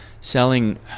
selling